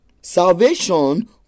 salvation